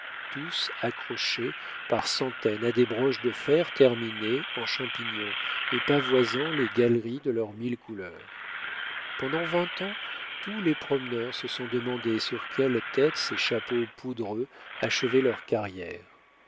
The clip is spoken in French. tous accrochés par centaines à des broches de fer terminées en champignon et pavoisant les galeries de leurs mille couleurs pendant vingt ans tous les promeneurs se sont demandé sur quelles têtes ces chapeaux poudreux achevaient leur carrière